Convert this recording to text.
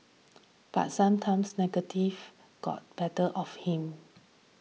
but sometimes negativity got better of him